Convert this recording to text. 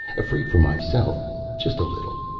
afraid for myself just a little.